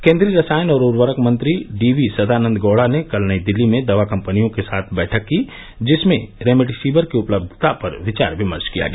केन्द्रीय रसायन और उर्वरक मंत्री डी वी सदानन्द गौडा ने कल नई दिल्ली में दवा कम्पनियों के साथ बैठक की जिसमें रेमडेसिविर की उपलब्धता पर विचार विमर्श किया गया